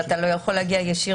ואתה לא יכול להגיע ישירות.